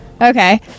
okay